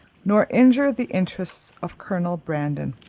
nor injure the interests of colonel brandon.